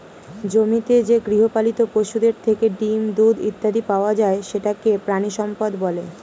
জমিতে যে গৃহপালিত পশুদের থেকে ডিম, দুধ ইত্যাদি পাওয়া যায় সেটাকে প্রাণিসম্পদ বলে